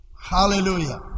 Hallelujah